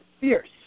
Fierce